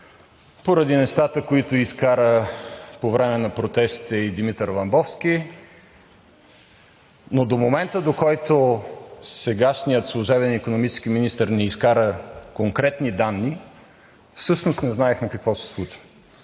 поради нещата, които изкара по време на протестите и Димитър Ламбовски, но до момента, до който сегашният служебен икономически министър не изкара конкретни данни, всъщност не знаехме какво се случва.